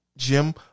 Jim